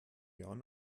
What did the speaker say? jahren